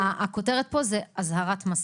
הכותרת פה זה אזהרת מסע.